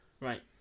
Right